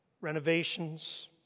renovations